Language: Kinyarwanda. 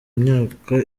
myaka